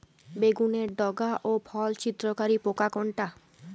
বেগুনের ডগা ও ফল ছিদ্রকারী পোকা কোনটা?